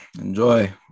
Enjoy